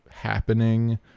happening